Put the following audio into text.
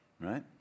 Right